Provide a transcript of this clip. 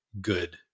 good